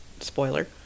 Spoiler